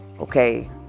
okay